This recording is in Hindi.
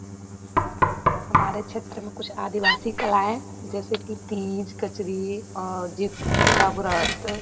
हमारे क्षेत्र में कुछ आदिवासी कलाएँ जैसे कि तीज कचरी और जीवित्पुत्रिका व्रत